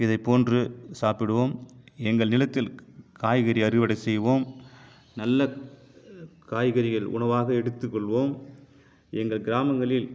இதை போன்று சாப்பிடுவோம் எங்கள் நிலத்தில் காய்கறி அறுவடை செய்வோம் நல்ல அ காய்கறிகள் உணவாக எடுத்துக்கொள்வோம் எங்கள் கிராமங்களில்